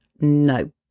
no